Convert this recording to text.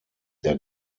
der